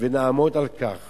ונעמוד על כך